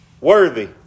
worthy